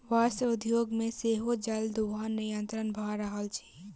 वस्त्र उद्योग मे सेहो जल दोहन निरंतन भ रहल अछि